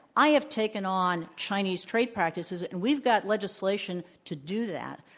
i have taken on chinese trade practices, and we've got legislation to do that.